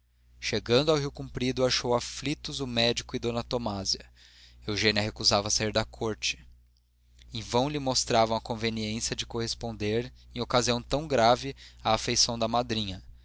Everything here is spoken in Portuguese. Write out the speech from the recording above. chegando ao rio comprido achou aflitos o médico e d tomásia eugênia recusava sair da corte em vão lhe mostravam a conveniência de corresponder em ocasião tão grave à afeição da madrinha